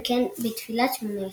וכן בתפילת שמונה עשרה.